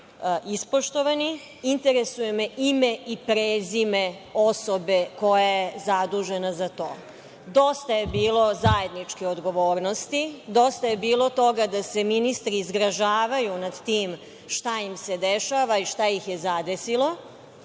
ispoštovani? I, interesuje me ime i prezime osobe koja je zadužena za to? Dosta je bilo zajedničke odgovornosti. Dosta je bilo toga da se ministri zgražavaju nad tim šta im se dešava i šta ih je zadesilo?